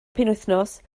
penwythnos